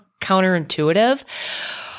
counterintuitive